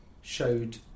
showed